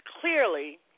clearly